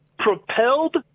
Propelled